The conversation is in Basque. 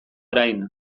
orain